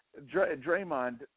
Draymond